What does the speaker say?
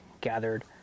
gathered